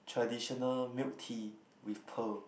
traditional milk tea with pearl